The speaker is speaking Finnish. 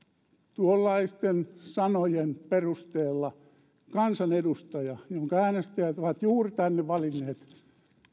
tuollaisten sanojen perusteella kansanedustaja jonka äänestäjät ovat juuri tänne valinneet